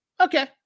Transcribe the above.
Okay